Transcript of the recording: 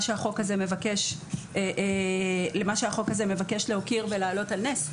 שהחוק הזה מבקש להוקיר ולהעלות על נס,